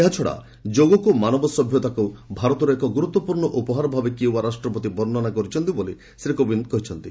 ଏହାଛଡ଼ା ଯୋଗକ୍ତ ମାନବ ସଭ୍ୟତାକୁ ଭାରତର ଏକ ଗୁରୁତ୍ୱପୂର୍ଣ୍ଣ ଉପହାର ଭାବେ କ୍ୟୁବା ରାଷ୍ଟ୍ରପତି ବର୍ଣ୍ଣନା କରିଛନ୍ତି ବୋଲି ଶ୍ରୀ କୋବିନ୍ଦ କହିଛନ୍ତି